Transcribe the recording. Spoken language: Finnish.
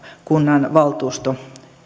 kunnanvaltuusto